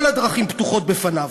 כל הדרכים פתוחות בפניו.